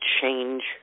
change